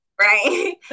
right